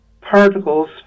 particles